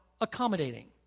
Accommodating